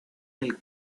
del